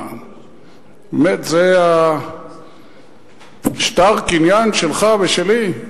באמת, זה שטר הקניין שלך ושלי?